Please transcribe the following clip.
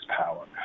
power